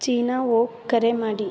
China ವೋಕ್ ಕರೆ ಮಾಡಿ